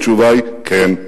התשובה היא כן.